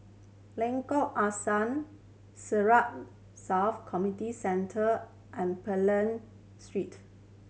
Lengkok Angsa Siglap South Community Centre and Street